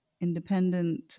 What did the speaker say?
independent